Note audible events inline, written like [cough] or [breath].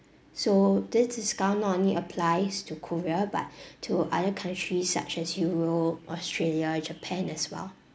so this discount not only applies to korea but [breath] to other countries such as europe australia japan as well